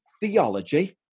theology